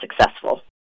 successful